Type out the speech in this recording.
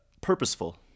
purposeful